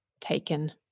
taken